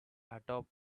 atop